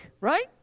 right